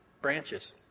branches